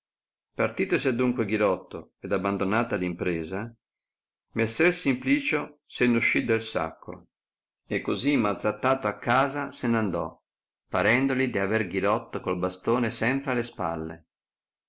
partitosi adunque ghirotto ed abbandonata l impresa messer simplicio se ne uscì del sacco e così maltrattato a casa se n'andò parendoli di aver ghirotto col bastone sempre alle spalle